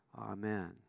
Amen